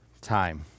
time